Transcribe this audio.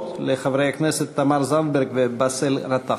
לחברי הכנסת תמר זנדברג ובאסל גטאס.